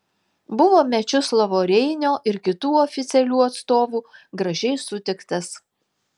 buvo mečislovo reinio ir kitų oficialių atstovų gražiai sutiktas